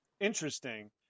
interesting